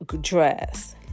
dress